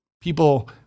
people